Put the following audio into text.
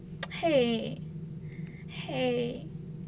!hey! !hey!